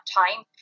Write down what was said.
time